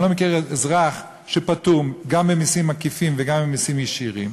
אני לא מכיר אזרח שפטור גם ממסים עקיפים וגם ממסים ישירים,